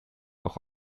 auch